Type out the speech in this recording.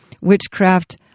witchcraft